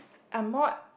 I'm more